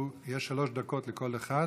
יש שלוש דקות לכל אחד,